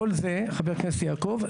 חבר הכנסת יעקב,